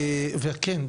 וכן,